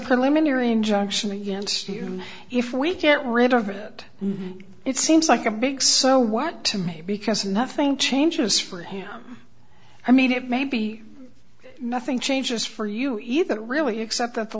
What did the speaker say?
preliminary injunction against you if we get rid of it it seems like a big so what to me because nothing changes for him i mean it may be nothing changes for you either really except that the